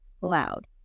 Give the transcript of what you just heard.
loud